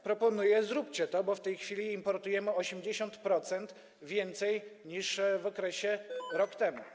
Proponuję, zróbcie to, bo w tej chwili importujemy 80% więcej niż rok temu.